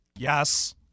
Yes